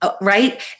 Right